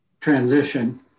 transition